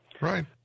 Right